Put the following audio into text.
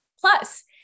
Plus